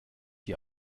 die